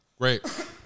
great